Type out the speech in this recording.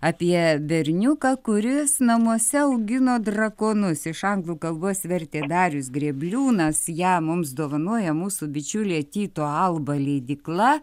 apie berniuką kuris namuose augino drakonus iš anglų kalbos vertė darius grėbliūnas ją mums dovanoja mūsų bičiulė tyto alba leidykla